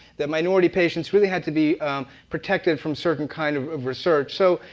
that minority patients really had to be protected from certain kind of of research. so,